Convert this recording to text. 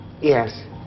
Yes